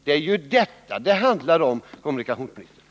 Det är detta frågan gäller, kommunikationsministern.